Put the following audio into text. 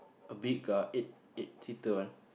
a big car eight eight seater one